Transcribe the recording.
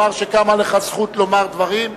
היא שיש לך הזכות לומר דברים,